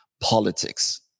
politics